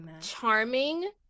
charming